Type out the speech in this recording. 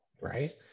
right